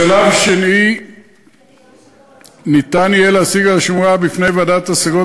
בשלב השני ניתן יהיה להשיג על השומה בפני ועדת השגות